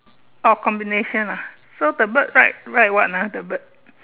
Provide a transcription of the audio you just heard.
orh combination ah so the bird write write what ah the bird